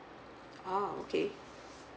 oh okay